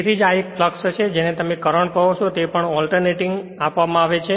તેથી જ આ એક ફ્લક્ષ છે અને જેને તમે કરંટ કહો છો તેને કંઈપણ ઓલ્ટર્નેટિંગ આપવામાં આવે છે